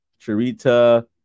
Charita –